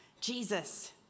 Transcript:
Jesus